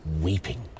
weeping